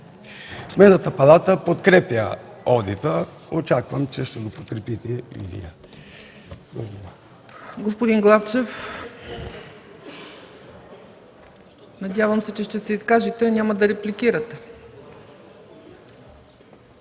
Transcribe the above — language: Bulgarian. Сметната палата подкрепя одита. Очаквам, че ще го подкрепите и Вие.